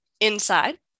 inside